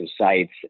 sites